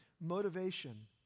Motivation